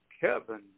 Kevin